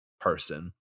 person